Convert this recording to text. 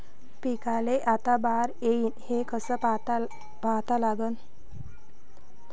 पिकाले आता बार येईन हे कसं पता लागन?